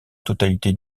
totalité